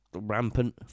Rampant